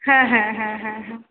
হ্যাঁ হ্যাঁ হ্যাঁ হ্যাঁ হ্যাঁ